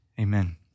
Amen